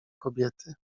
kobiety